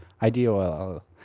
IDOL